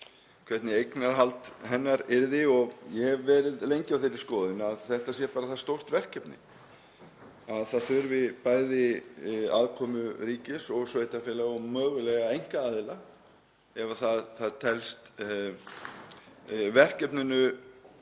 hvernig eignarhald hennar yrði. Ég hef verið lengi á þeirri skoðun að þetta sé bara það stórt verkefni að það þurfi bæði aðkomu ríkis og sveitarfélaga og mögulega einkaaðila ef það telst kostur